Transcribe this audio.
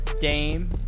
Dame